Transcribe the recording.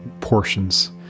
portions